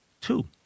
Two